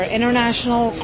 International